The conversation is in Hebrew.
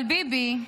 אבל ביבי,